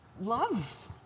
love